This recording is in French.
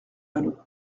vallaud